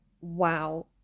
wow